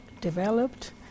developed